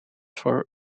for